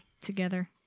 together